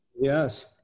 yes